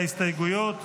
יואב סגלוביץ',